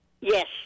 Yes